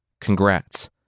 Congrats